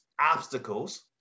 obstacles